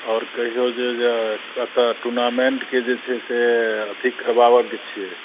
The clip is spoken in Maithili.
आओर कहियौ जे जँ कत्तऽ टुर्नामेन्ट के छै से अथी करबावऽ के छियै